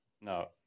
No